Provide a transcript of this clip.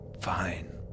Fine